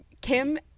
Kim